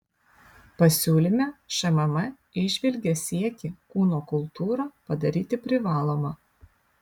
pasiūlyme šmm įžvelgia siekį kūno kultūrą padaryti privaloma